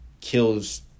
kills